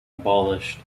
abolished